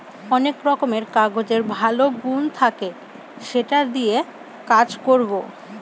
অনেক রকমের কাগজের ভালো গুন থাকে সেটা দিয়ে কাজ করবো